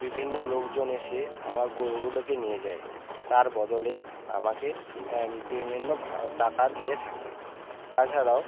বিভিন্ন লোকজন এসে আমার গোরুগুলোকে নিয়ে যায় তার বদলে আমাকে বিভিন্ন টাকা দিয়ে থাকে তাছাড়াও